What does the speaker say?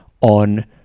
on